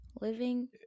Living